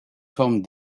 forme